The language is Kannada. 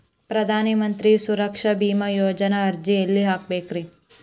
ಪ್ರಧಾನ ಮಂತ್ರಿ ಸುರಕ್ಷಾ ಭೇಮಾ ಯೋಜನೆ ಅರ್ಜಿ ಎಲ್ಲಿ ಹಾಕಬೇಕ್ರಿ?